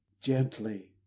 Gently